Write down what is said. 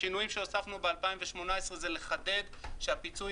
השינויים שהוספנו ב-2018 זה לחדד שהפיצוי